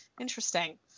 Interesting